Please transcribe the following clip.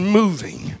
moving